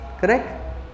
Correct